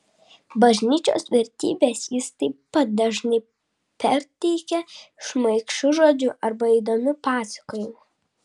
bažnyčios vertybes jis taip pat dažnai perteikia šmaikščiu žodžiu arba įdomiu pasakojimu